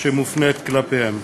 שמופנית כלפיהם.